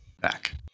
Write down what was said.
back